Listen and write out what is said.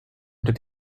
that